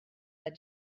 that